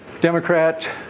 Democrat